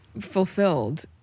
fulfilled